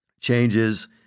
changes